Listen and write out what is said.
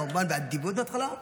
כמובן באדיבות בהתחלה,